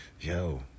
Yo